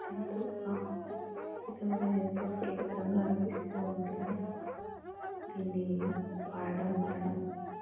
ఎంతో బాగా ఎంత జీవితం అనేది ఎంతో సులభతరంగా అనిపిస్తూ ఉంటుంది దీన్ని వాడడం వలన